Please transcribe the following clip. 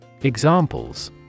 Examples